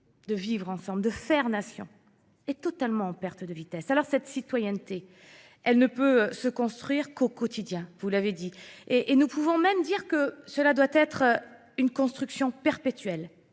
de vivre ensemble, de faire nation, est totalement en perte de vitesse. Alors cette citoyenneté, elle ne peut se construire qu'au quotidien, vous l'avez dit. Et nous pouvons même dire que cela doit être une construction perpétuelle